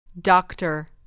Doctor